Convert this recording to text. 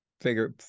figure